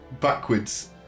backwards